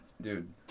Dude